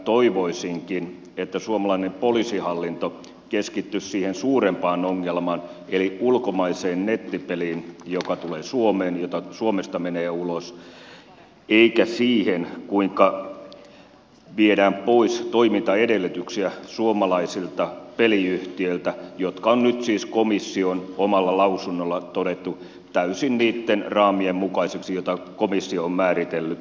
toivoisinkin että suomalainen poliisihallinto keskittyisi siihen suurempaan ongelmaan eli ulkomaiseen nettipeliin joka tulee suomeen jota suomesta menee ulos eikä siihen kuinka viedään pois toimintaedellytyksiä suomalaisilta peliyhtiöiltä jotka on nyt siis komission omalla lausunnolla todettu täysin niitten raamien mukaiseksi joita komissio on määritellyt pelitoiminnalle